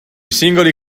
singoli